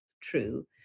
true